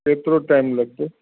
केतिरो टाइम लॻंदो